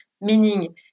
meaning